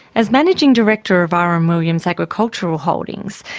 as managing director of r. m. williams agricultural holdings,